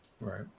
Right